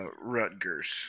Rutgers